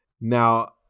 Now